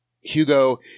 Hugo